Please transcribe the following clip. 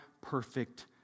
perfect